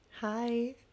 hi